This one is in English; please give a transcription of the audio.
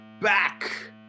back